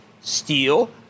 steel